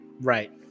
right